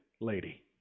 lady